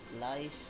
life